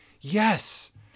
yes